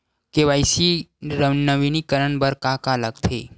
KYC नवीनीकरण बर का का लगथे?